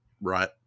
right